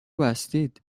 بستید